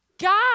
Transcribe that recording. God